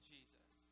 Jesus